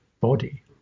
body